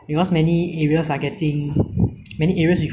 so I think like singapore government is too focused on